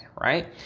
right